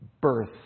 birth